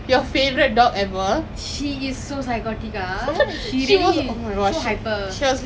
ah I wish I wish like by then phase three opens up so we can go to people's house and like you know